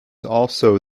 also